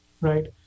right